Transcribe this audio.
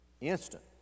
Instant